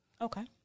Okay